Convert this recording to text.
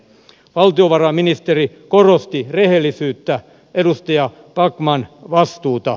valtiovarainministeri korosti rehellisyyttä edustaja backman vastuuta